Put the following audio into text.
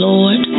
Lord